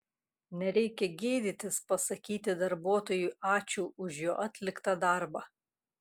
nereikia gėdytis pasakyti darbuotojui ačiū už jo atliktą darbą